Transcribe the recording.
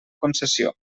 concessió